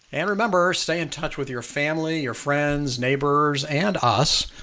and remember, stay in touch with your family, your friends, neighbors and us,